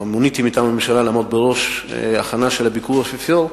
מוניתי מטעם הממשלה לעמוד בראש ההכנה של ביקור האפיפיור,